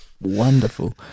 wonderful